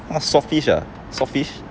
那 swordfish ah swordfish